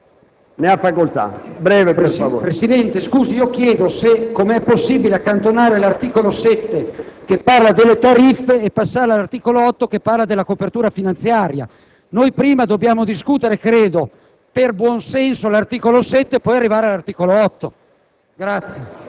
Presidente, chiedo come sia possibile accantonare l'articolo 7, che parla delle tariffe, e passare all'articolo 8, che parla della copertura finanziaria.